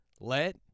Let